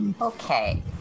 Okay